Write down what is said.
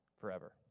forever